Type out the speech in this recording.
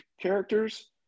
characters